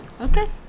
Okay